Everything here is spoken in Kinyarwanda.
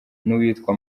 n’uwitwa